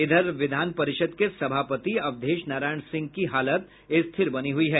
इधर विधान परिषद के सभापति अवधेश नारायण सिंह की हालत स्थिर बनी हुई है